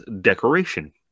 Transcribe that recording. decoration